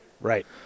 Right